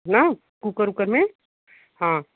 हाँ कुकर उकर में हाँ